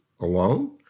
alone